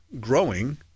growing